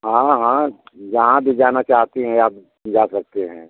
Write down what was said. हाँ हाँ जहाँ भी जाना चाहती हैं आप जा सकती हैं